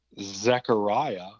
Zechariah